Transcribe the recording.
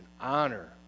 honor